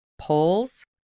polls